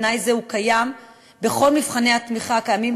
תנאי זה קיים בכל מבחני התמיכה הקיימים,